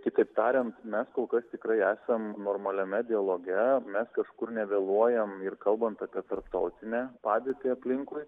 kitaip tariant mes kol kas tikrai esam normaliame dialoge mes kažkur nevėluojame ir kalbant apie tarptautinę padėtį aplinkui